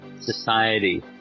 society